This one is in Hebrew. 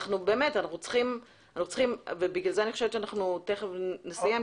לכן אני חושבת שאנחנו תיכף נסיים,